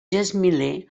gesmiler